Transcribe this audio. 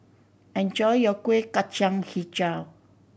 enjoy your Kueh Kacang Hijau